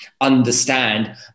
understand